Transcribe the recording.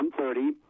130